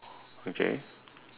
okay